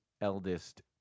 eldest